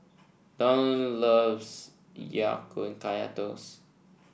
Dion loves Ya Kun Kaya Toast